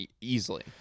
Easily